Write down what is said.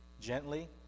gently